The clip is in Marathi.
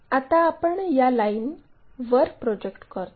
आता आपण या लाईन वर प्रोजेक्ट करतो